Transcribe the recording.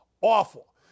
awful